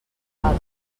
els